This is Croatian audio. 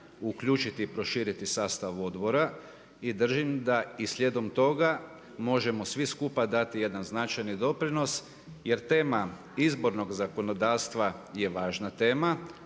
uključiti i proširit sastav odbora i držim da i slijedom toga možemo svi skupa dati jedan značajni doprinos. Jer tema izbornog zakonodavstva je važna tema.